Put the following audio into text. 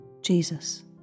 Jesus